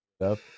up